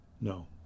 No